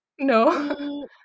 No